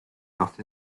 not